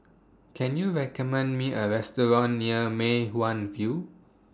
Can YOU recommend Me A Restaurant near Mei Hwan View